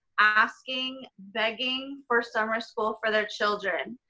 asking, begging for summer school for their children.